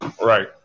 right